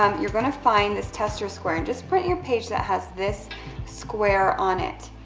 um you're gonna find this tester square, and just print your page that has this square on it.